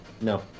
No